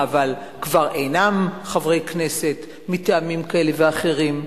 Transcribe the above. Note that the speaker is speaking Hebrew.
אבל כבר אינם חברי כנסת מטעמים כאלה ואחרים.